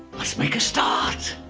let's make a start.